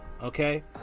Okay